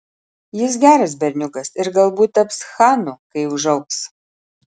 jis geras berniukas ir galbūt taps chanu kai užaugs